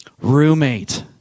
Roommate